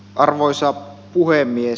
arvoisa puhemies